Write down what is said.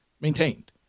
maintained